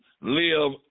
live